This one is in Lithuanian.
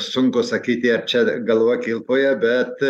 sunku sakyti ar čia galva kilpoje bet